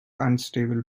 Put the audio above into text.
unstable